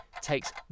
takes